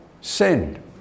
send